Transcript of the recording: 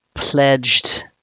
pledged